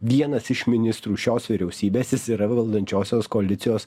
vienas iš ministrų šios vyriausybės jis yra valdančiosios koalicijos